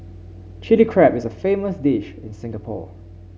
Chilli Crab is a famous dish in Singapore